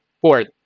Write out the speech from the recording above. Fourth